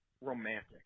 romantic